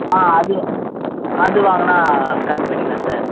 ஆ அது அது வாங்குனால் கம்மி பண்ணிக்கலாம் சார்